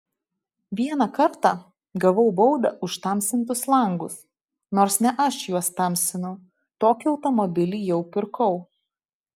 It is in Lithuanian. vieną kartą gavau baudą už tamsintus langus nors ne aš juos tamsinau tokį automobilį jau pirkau